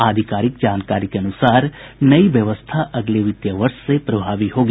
आधिकारिक जानकारी के अनुसार नई व्यवस्था अगले वित्तीय वर्ष से प्रभावी होगी